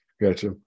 gotcha